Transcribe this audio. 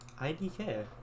IDK